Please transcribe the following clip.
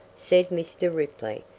said mr. ripley,